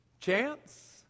Chance